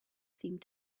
seemed